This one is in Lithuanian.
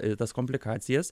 tas komplikacijas